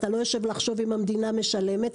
אתה לא חושב אם המדינה משלמת,